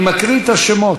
אני מקריא את השמות,